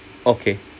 okay